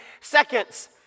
seconds